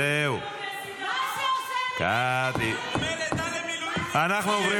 --- מה זה עוזר לי --- אנחנו עוברים